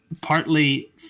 partly